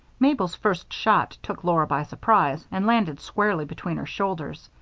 mabel's first shot took laura by surprise and landed squarely between her shoulders.